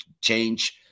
change